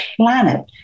planet